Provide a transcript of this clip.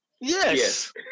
yes